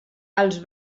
els